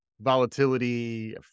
volatility